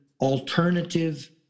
alternative